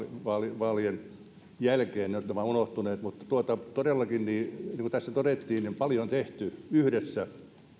vaalien vaalien jälkeen ne ovat unohtuneet mutta todellakin niin kuin tässä todettiin on paljon tehty yhdessä